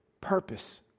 purpose